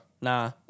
nah